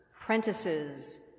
apprentices